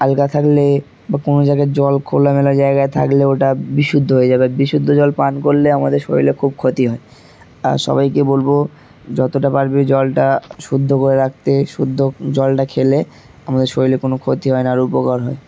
আলগা থাকলে বা কোনো জায়গায় জল খোলামেলা জায়গায় থাকলে ওটা বিশুদ্ধ হয়ে যাবে বিশুদ্ধ জল পান করলে আমাদের শরীরে খুব ক্ষতি হয় আর সবাইকে বলব যতটা পারবে জলটা শুদ্ধ করে রাখতে শুদ্ধ জলটা খেলে আমাদের শরীরে কোনো ক্ষতি হয় না আর উপকার হয়